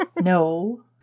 No